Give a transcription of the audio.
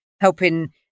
helping